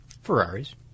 Ferraris